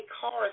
cars